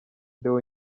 deo